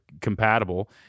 compatible